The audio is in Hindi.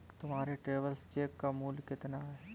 तुम्हारे ट्रैवलर्स चेक का मूल्य कितना है?